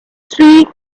three